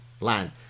land